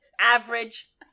Average